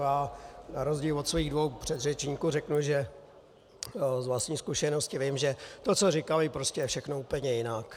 Na rozdíl od svých dvou předřečníků řeknu, že z vlastní zkušenosti vím, že to, co říkali, je prostě všechno úplně jinak.